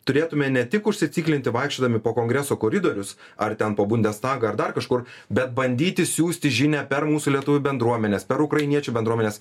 turėtume ne tik užsiciklinti vaikščiodami po kongreso koridorius ar ten po bundestagą ar dar kažkur bet bandyti siųsti žinią per mūsų lietuvių bendruomenes per ukrainiečių bendruomenes